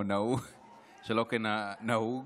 שלא כנהוג,